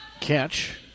catch